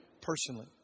personally